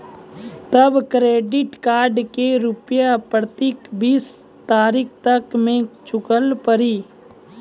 तब credit card के रूपिया प्रतीक बीस तारीख तक मे चुकल पड़ी?